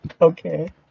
Okay